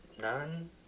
none